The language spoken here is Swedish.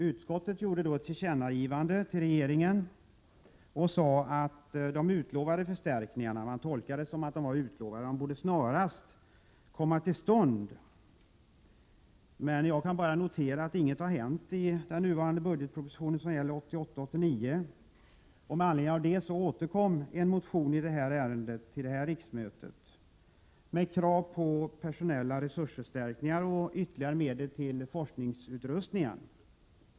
Utskottet gjorde då ett tillkännagivande till regeringen och sade att de utlovade förstärkningarna — man gjorde den tolkningen att de hade utlovats —snarast borde komma till stånd. Men jag kan bara notera att ingenting har hänt, att döma av 1988 års budgetproposition. Med anledning därav har vi väckt en motion till detta riksmöte med krav på personella resursförstärkningar och ytterligare medel till forskningsutrustning.